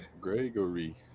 Gregory